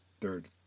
Third